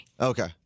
Okay